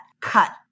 cut